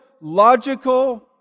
logical